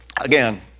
again